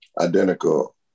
identical